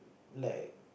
like